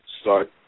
start